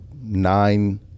nine